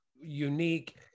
unique